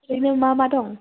ओरैनो मा मा दं